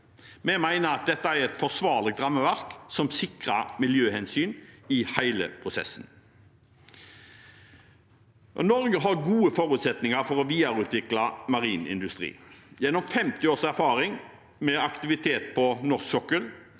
Vi mener at dette er et forsvarlig rammeverk som sikrer miljøhensyn i hele prosessen. Norge har gode forutsetninger for å videreutvikle marin industri gjennom 50 års erfaring med aktivitet på norsk sokkel,